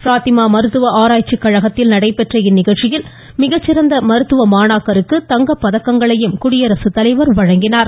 பிராத்திமா மருத்துவ ஆராய்ச்சி கழகத்தில் நடைபெற்ற இந்நிகழ்ச்சியில் மிகச்சிறந்த மருத்துவ மாணாக்கருக்கு தங்கப்பதக்கங்களையும் குடியரசுத்தலைவா வழங்கினார்